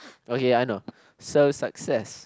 okay I know so success